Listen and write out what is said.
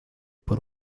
por